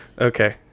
Okay